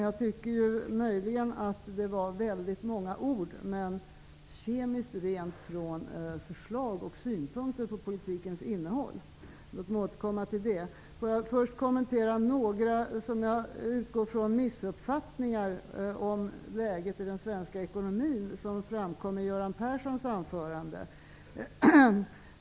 Jag tycker möjligen att det var väldigt många ord som sades, men det var kemiskt rent från förslag och synpunkter på politikens innehåll. Låt mig återkomma till detta. Jag vill kommentera några, som jag utgår från, missuppfattningar om läget i den svenska ekonomin som framkom i Göran Perssons anförande.